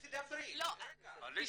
תדברי אחריה.